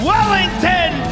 Wellington